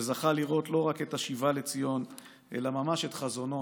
שזכה לראות לא רק את השיבה לציון אלא ממש את חזונו.